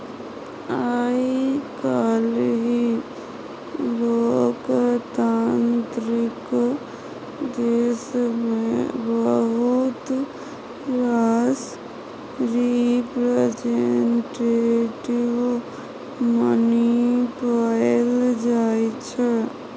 आइ काल्हि लोकतांत्रिक देश मे बहुत रास रिप्रजेंटेटिव मनी पाएल जाइ छै